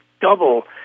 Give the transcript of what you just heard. double